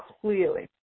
clearly